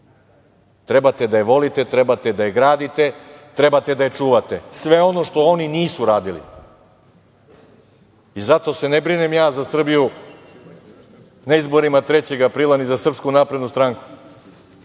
trebate da je volite, trebate da je gradite, trebate da je čuvate. Sve ono što oni nisu radili. Zato se ne brinem ja za Srbiju na izborima 3. aprila, ni za SNS, nego se